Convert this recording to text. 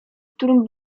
którym